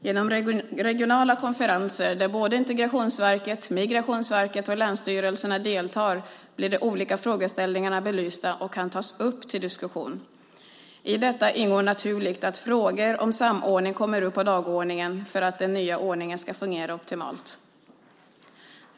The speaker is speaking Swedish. Genom regionala konferenser där Integrationsverket, Migrationsverket och länsstyrelserna deltar blir de olika frågeställningarna belysta och kan tas upp till diskussion. I detta ingår naturligt att frågor om samordning kommer upp på dagordningen för att den nya ordningen ska fungera optimalt.